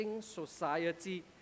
society